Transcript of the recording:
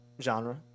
genre